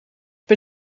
per